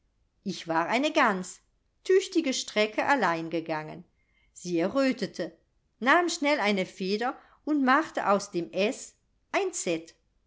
ich war eine gans tüchtige strecke allein gegangen sie errötete nahm schnell eine feder und machte aus dem s ein